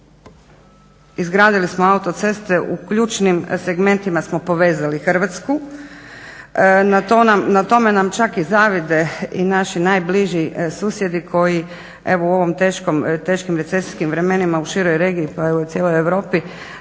izgradili autoceste u ključnim segmentima smo povezali Hrvatsku. na tome nam čak i zavide i naši najbliži susjedi koji u ovim teškim recesijskim vremenima u široj regiji, pa i u cijeloj Europi